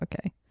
Okay